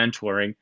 mentoring